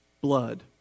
blood